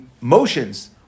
motions